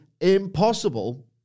impossible